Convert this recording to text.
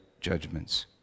judgments